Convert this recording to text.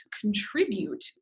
contribute